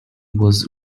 was